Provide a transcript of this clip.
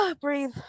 Breathe